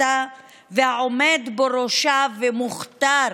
אני חוששת שנתרגל לימי עוצר,